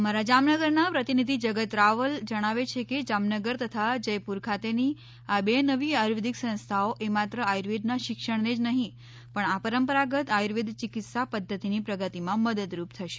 અમારા જામનગરના પ્રતિનિધિ જગત રાવલ જણાવે છે કે જામનગર તથા જયપુર ખાતેની આ બે નવી આયુર્વેદિક સંસ્થાઓ એ માત્ર આયુર્વેદના શિક્ષણને જ નહિં પણ આ પરંપરાગત આયુર્વેદ ચિકિત્સા પદ્ધતિની પ્રગતિમાં મદદરૂપ થશે